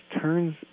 turns